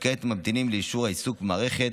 וכעת ממתינים לאישור העיסוק במערכת,